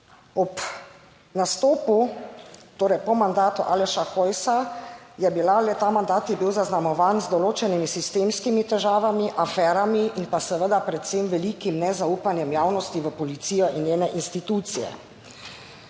ob nastopu, torej po mandatu Aleša Hojsa je bila le ta, mandat je bil zaznamovan z določenimi sistemskimi težavami, aferami in pa seveda predvsem velikim nezaupanjem javnosti v policijo in njene institucije.